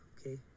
Okay